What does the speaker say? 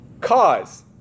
cause